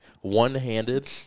one-handed